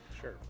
Sure